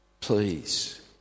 Please